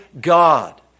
God